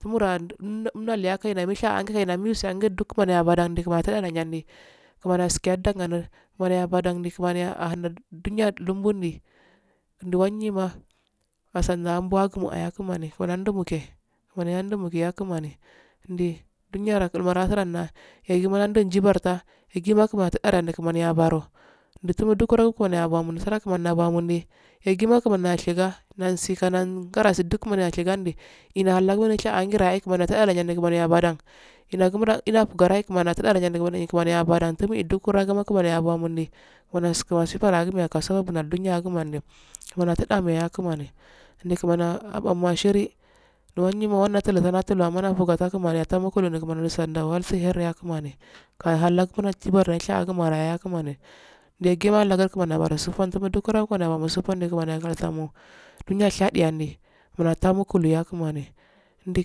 Humura ndu nul nduwal akayi nda misha'o ankei misiyan ge chik kurmani abddan di kumani atadin dandi kumani askiya tandi kumani yabadani kumani yahumdo duniya dulumbuni nduwanyi ma asanduba ya kumani fodado muge tone yando muge ya kumani ndi duniyaro ngura lahiran da yaggi nea do nzibarda gessi ma kurmani yata darandi kurmani yabaro bdu tumuduro kumani yeshega ndansi inna allah ngodu shado allah kuma mi yatachi janna kemeni yabadan inna gumura gidafuquraye kumeni ya tada janna du kumani yabadan tumi tukura si kumani yabamanni kumani yasku masifaran asume'a kasagu bulan yandumi yan gumeya kasagubalan yandoni yan gumeyan dum kumani yatudane ya kumani ni kimani ya baniashiri diwanyi mowanatulo netulo muna foguwasa kumani yafamululu gi mu laysi khair ya kumani kai helloku nochibar yesshsyo gume ya kum ani degima lagan kumani ya ban sufan kumani ya sano duniya ghade-yendi ya bulo att makulu ya kumani ndi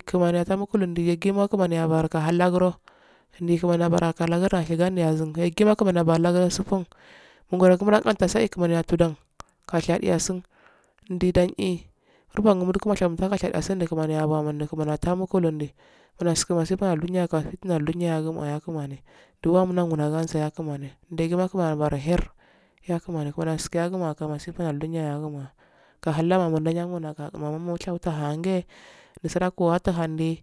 kumani ya makulu ya kumaniyaban hath guro nah kumen yabarallan gara hatan shiagadiya sun yassim kamani yabaro sufun ngoro gun mutadayesum ye kumani yado san ga shadiya sun ndi dan ye nifumu ou mit shadiya sun kumani yabamudu kamani ya tamukulum di kuman yasko masiffa ro a duniya ga fifuna ro a duniya yasumo'o ya kumani duwan munna guwan ya kumani ndi yaggnui kumani yaban khaio ya kumeni kamani yisiyo agumoi agal masiffa ra adaniyayagumo ga hallome ndo yagumo ga hallen ndo yasumo ndo aguma'o mushffiu fu hange ndo suragi wohatta nanni.